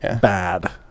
Bad